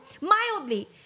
mildly